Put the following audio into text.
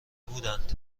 بودند